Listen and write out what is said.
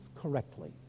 correctly